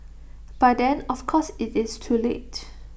by then of course IT is too late